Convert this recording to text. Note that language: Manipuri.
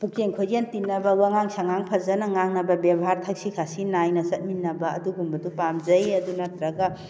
ꯄꯨꯛꯆꯦꯜ ꯈꯣꯏꯖꯦꯜ ꯇꯤꯟꯅꯕ ꯋꯥꯉꯥꯡ ꯁꯉꯥꯡ ꯐꯖꯅ ꯉꯥꯡꯅꯕ ꯕꯦꯕꯥꯔ ꯊꯛꯁꯤ ꯈꯥꯁꯤ ꯅꯥꯏꯅ ꯆꯠꯃꯤꯟꯅꯕ ꯑꯗꯨꯒꯨꯝꯕꯗꯣ ꯄꯤꯝꯖꯩ ꯑꯗꯨ ꯅꯠꯇ꯭ꯔꯒ